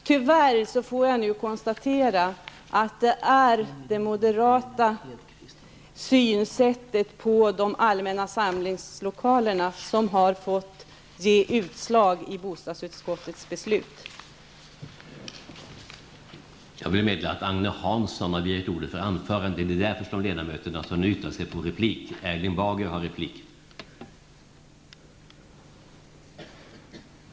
Tyvärr måste jag nu konstatera att det är det moderata synsättet på de allmänna samlingslokalerna som har fått ge utslag i bostadsutskottets förslag till beslut.